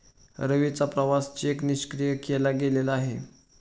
रवीचा प्रवासी चेक निष्क्रिय केला गेलेला आहे